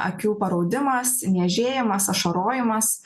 akių paraudimas niežėjimas ašarojimas